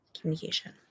communication